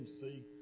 see